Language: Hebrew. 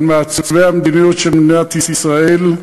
על מעצבי המדיניות של מדינת ישראל,